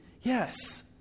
yes